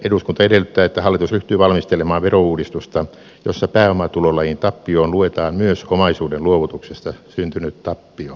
eduskunta edellyttää että hallitus ryhtyy valmistelemaan verouudistusta jossa pääomatulolajin tappioon luetaan myös omaisuuden luovutuksesta syntynyt tappio